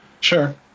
Sure